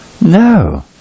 No